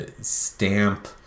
stamp